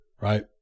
right